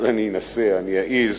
אבל אני אנסה, אני אעז.